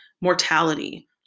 mortality